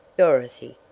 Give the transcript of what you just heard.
dorothy,